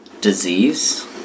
disease